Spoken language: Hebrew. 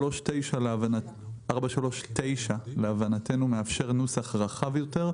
להבנתנו, תמרור 439 מאפשר נוסח רחב יותר.